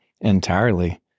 entirely